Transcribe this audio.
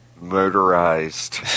motorized